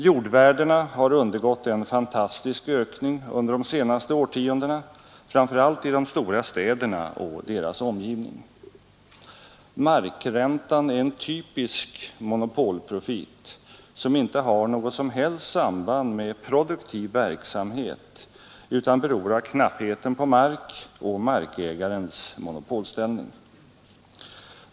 Jordvärdena har undergått en fantastisk ökning under de senaste årtiondena, framför allt i de stora städerna och deras omgivning. Markräntan är en typisk monopolprofit som inte har något som helst samband med produktiv verksamhet utan beror av knappheten på mark och markägarens monopolställning.